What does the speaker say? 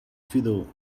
fiddle